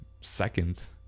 seconds